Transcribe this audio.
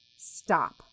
stop